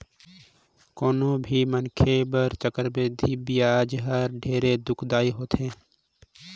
कोनो भी मनखे बर चक्रबृद्धि बियाज हर ढेरे दुखदाई होथे